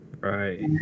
Right